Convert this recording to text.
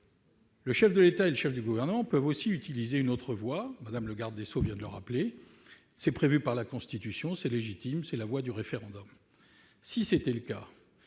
Le chef de l'État et le chef du Gouvernement peuvent aussi utiliser une autre voie, Mme le garde des sceaux vient de le rappeler : elle est prévue par la Constitution, elle est légitime, c'est celle du référendum. Si tel était le cas,